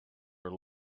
are